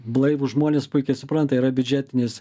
blaivūs žmonės puikiai supranta yra biudžetinis